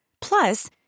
Plus